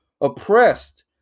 oppressed